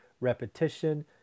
repetition